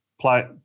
play